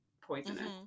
poisonous